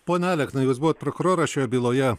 pone alekna jūs buvot prokuroras šioje byloje